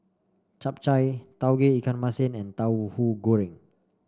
Chap Chai Tauge Ikan Masin and Tauhu Goreng